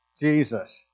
Jesus